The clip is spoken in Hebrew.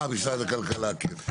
משרד הכלכלה.